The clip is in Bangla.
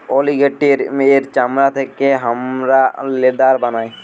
অলিগেটের এর চামড়া থেকে হামরা লেদার বানাই